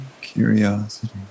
curiosity